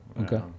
okay